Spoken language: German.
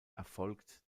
erfolgt